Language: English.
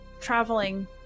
traveling